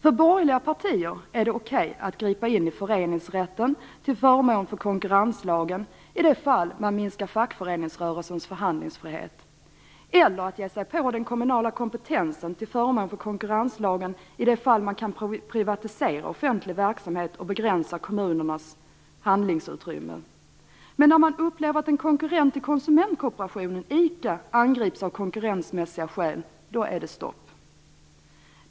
För borgerliga partier är det okej att gripa in i föreningsrätten till förmån för konkurrenslagen, i de fall man minskar fackföreningsrörelsens förhandlingsfrihet, eller att ge sig på den kommunala kompetensen till förmån för konkurrenslagen i de fall man kan privatisera offentlig verksamhet och begränsa kommunernas handlingsutrymme. Men när man upplever att en konkurrent till konsumentkooperationen, ICA, angrips av konkurrensmässiga skäl är det stopp.